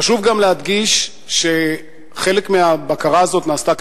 חשוב גם להדגיש שחלק מהבקרה הזאת נעשתה